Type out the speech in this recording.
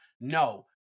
no